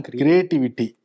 creativity